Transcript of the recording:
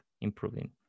improving